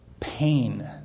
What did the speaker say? Pain